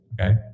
okay